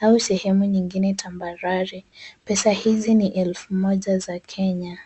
au sehemu nyingine tambarare pesa hizi ni elfu za Kenya.